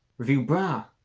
review brah,